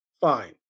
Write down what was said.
fine